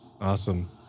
awesome